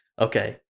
Okay